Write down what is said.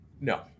No